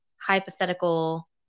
hypothetical